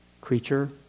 creature